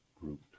group